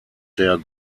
der